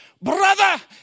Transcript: Brother